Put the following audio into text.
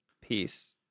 peace